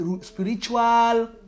Spiritual